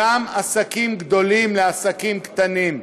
גם עסקים גדולים לעסקים קטנים.